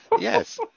Yes